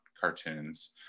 cartoons